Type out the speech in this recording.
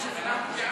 אנחנו בעד.